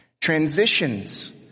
transitions